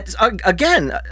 Again